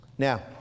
Now